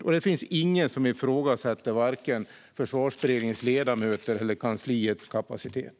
Det är för övrigt ingen som ifrågasätter vare sig Försvarsberedningens ledamöter eller kansliets kapacitet.